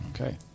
Okay